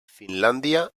finlàndia